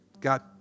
God